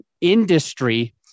industry